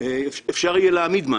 אפשר יהיה להעמיד משהו.